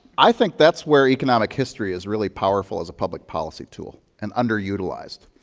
i think that's where economic history is really powerful as a public policy tool and underutilized.